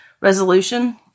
Resolution